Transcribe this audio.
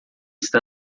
está